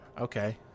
Okay